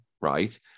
right